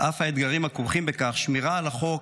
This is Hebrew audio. על אף האתגרים הכרוכים בכך, שמירה על החוק